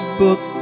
book